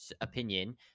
opinion